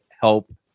help